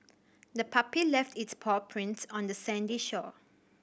the puppy left its paw prints on the sandy shore